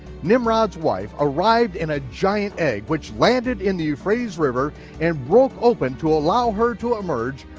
nimrod's wife arrived in a giant egg, which landed in the euphrates river and broke open to allow her to emerge,